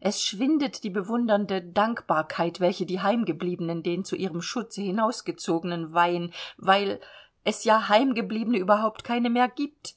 es schwindet die bewundernde dankbarkeit welche die heimgebliebenen den zu ihrem schutze hinausgezogenen weihen weil es ja heimgebliebene überhaupt keine mehr gibt